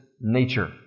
nature